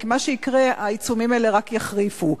כי מה שיקרה הוא שהעיצומים האלה רק יחריפו,